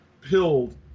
Pilled